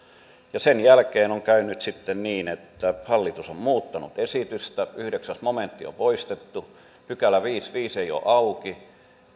sen jälkeen on käynyt sitten niin että hallitus on muuttanut esitystä yhdeksäs momentti on poistettu viideskymmenesviides pykälä ei ole auki